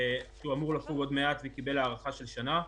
שאמור לפוג עוד מעט וקיבל הארכה של שנה,